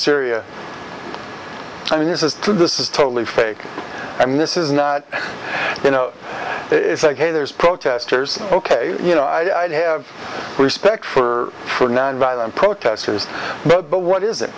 syria i mean this is too this is totally fake and this is not you know it's like hey there's protesters ok you know i'd have respect for for nonviolent protesters but but what is it